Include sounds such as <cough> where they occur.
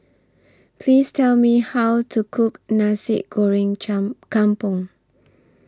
Please Tell Me How to Cook Nasi Goreng <unintelligible> Kampung